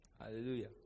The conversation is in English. Hallelujah